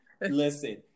listen